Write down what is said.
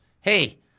Hey